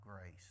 grace